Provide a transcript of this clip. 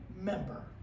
member